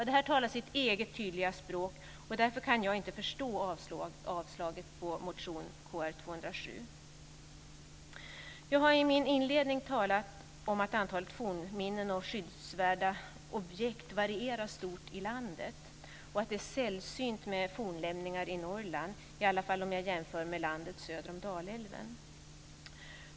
Det talar sitt eget tydliga språk, och därför kan jag inte förstå att motion Jag har i min inledning talat om att antalet fornminnen och skyddsvärda objekt varierar stort i landet och att det är sällsynt med fornlämningar i Norrland, i alla fall om jag jämför med landet söder om Dalälven.